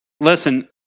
listen